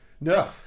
No